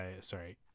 sorry